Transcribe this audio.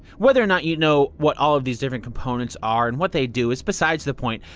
whether or not you know what all of these different components are and what they do is beside the point.